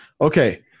okay